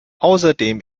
außerdem